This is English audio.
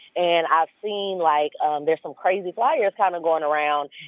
and i've seen, like um there's some crazy flyers kind of going around.